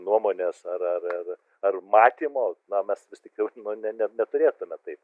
nuomonės ar ar ar ar matymo na mes vis tik jau nu ne ne neturėtume taip